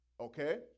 Okay